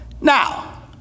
Now